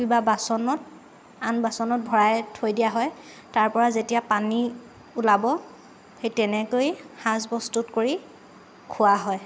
কিবা বাচনত আন বাচনত ভৰাই থৈ দিয়া হয় তাৰ পৰা যেতিয়া পানী ওলাব সেই তেনেকৈয়ে সাজ প্ৰস্তুত কৰি খোৱা হয়